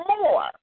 more